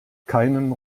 keinen